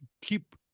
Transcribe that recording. keep